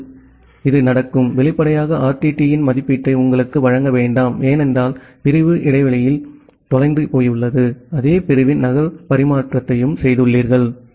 இப்போது அப்படியானால் இது நடக்கும் வெளிப்படையாக RTTயின் மதிப்பீட்டை உங்களுக்கு வழங்க வேண்டாம் ஏனென்றால் பிரிவு இடையில் தொலைந்து போயுள்ளது அதே பிரிவின் நகல் பரிமாற்றத்தையும் செய்துள்ளீர்கள்